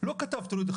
הוא לא כתב שיורידו את